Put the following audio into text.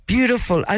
Beautiful